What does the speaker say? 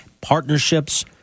partnerships